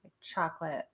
chocolate